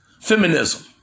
feminism